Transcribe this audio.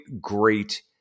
great